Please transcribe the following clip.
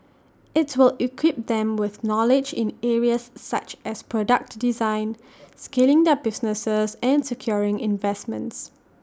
IT will equip them with knowledge in areas such as product design scaling their businesses and securing investments